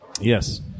Yes